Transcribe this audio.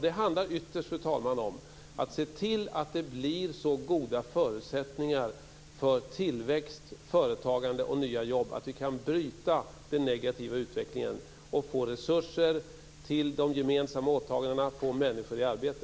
Det handlar ytterst, fru talman, om att se till att det blir så goda förutsättningar för tillväxt, företagande och nya jobb att vi kan bryta den negativa utvecklingen och få resurser till de gemensamma åtagandena och få människor i arbete.